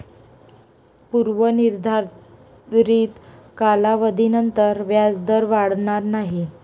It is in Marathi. पूर्व निर्धारित कालावधीनंतर व्याजदर वाढणार नाही